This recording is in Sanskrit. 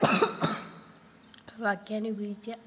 वाक्यानि उपयुज्य